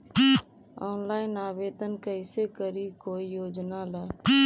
Online आवेदन कैसे करी कोई योजना ला?